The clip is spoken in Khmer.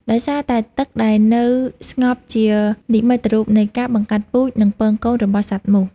ដោយសារតែទឹកដែលនៅស្ងប់ជានិមិត្តរូបនៃការ បង្កាត់ពូជ និងពងកូន របស់សត្វមូស។